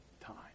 time